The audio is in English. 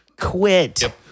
Quit